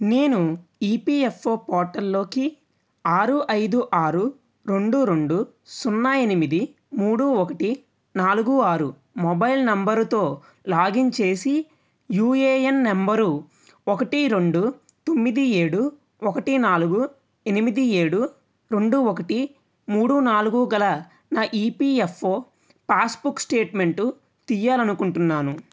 నేను ఈపీఎఫ్ఓ పోర్టల్లోకి ఆరు ఐదు ఆరు రెండు రెండు సున్నా ఎనిమిది మూడు ఒకటి నాలుగు ఆరు మొబైల్ నెంబరుతో లాగిన్ చేసి యూఏఎన్ నెంబరు ఒకటి రెండు తొమ్మిది ఏడు ఒకటి నాలుగు ఎనిమిది ఏడు రెండు ఒకటి మూడు నాలుగు గల నా ఈపీఎఫ్ఓ పాస్బుక్ స్టేట్మెంట్ తీయాలి అనుకుంటున్నాను